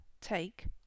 take